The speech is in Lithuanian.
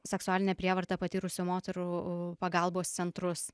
seksualinę prievartą patyrusių moterų pagalbos centrus